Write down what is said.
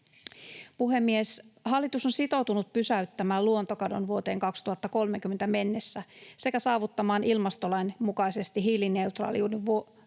Puhemies! Hallitus on sitoutunut pysäyttämään luontokadon vuoteen 2030 mennessä sekä saavuttamaan ilmastolain mukaisesti hiilineutraaliuden vuoteen